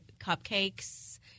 cupcakes